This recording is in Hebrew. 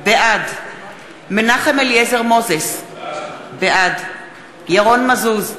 בעד מנחם אליעזר מוזס, בעד ירון מזוז,